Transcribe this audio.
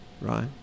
Right